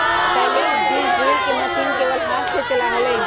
पहले बीज ड्रिल के मशीन केवल हाथ से चला हलय